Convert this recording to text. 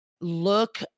look